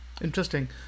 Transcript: interesting